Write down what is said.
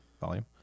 volume